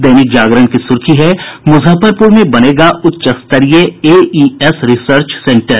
दैनिक जागरण की सुर्खी है मुजफ्फरपुर में बनेगा उच्च स्तरीय एईएस रिसर्च सेंटर